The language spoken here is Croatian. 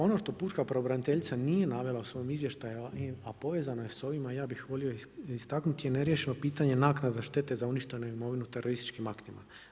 Ono što pučka pravobraniteljica nije navela u svojem izvještaju a povezano je sa ovima, ja bih volio istaknuti neriješeno pitanje naknada štete za uništenu imovinu terorističkim aktima.